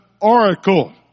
oracle